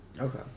Okay